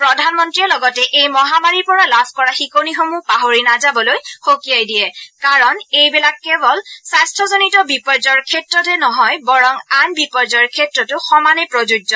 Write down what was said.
প্ৰধানমন্ত্ৰীয়ে লগতে এই মহামাৰীৰ পৰা লাভ কৰা শিকনিসমূহ পাহৰি নাযাবলৈ সকীয়াই দিয়ে কাৰণ এইবিলাক অকল জন স্বাস্থজনিত বিপৰ্যয়ৰ ক্ষেত্ৰতে নহয় বৰং আন বিপৰ্যয়ৰ ক্ষেত্ৰতো সমানে প্ৰযোজ্য